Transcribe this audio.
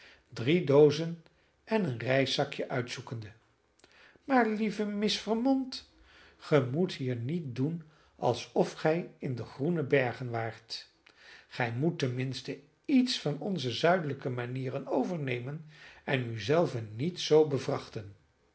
drie doozen en een reiszakje uitzoekende maar lieve miss vermont gij moet hier niet doen alsof gij in de groene bergen waart gij moet ten minste iets van onze zuidelijke manieren overnemen en u zelve niet zoo bevrachten